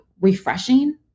refreshing